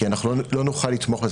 כי אנחנו לא נוכל לתמוך בזה,